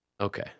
Okay